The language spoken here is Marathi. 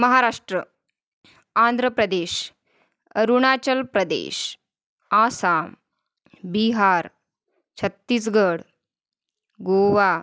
महाराष्ट्र आंध्र प्रदेश अरुणाचल प्रदेश आसाम बिहार छत्तीसगड गोवा